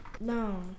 No